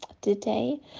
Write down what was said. today